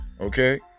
Okay